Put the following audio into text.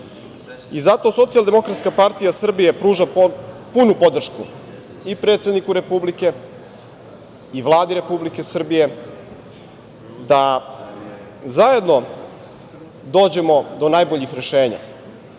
Zato Socijaldemokratska partija Srbije pruža punu podršku i predsedniku Republike i Vladi Republike Srbije da zajedno dođemo do najboljih rešenja.